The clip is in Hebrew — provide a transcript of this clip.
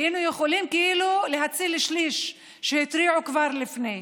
היינו יכולים להציל שליש שהתריעו כבר לפני.